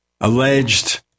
alleged